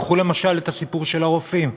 קחו למשל את הסיפור של הרופאים.